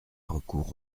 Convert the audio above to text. recours